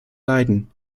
leiden